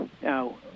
Now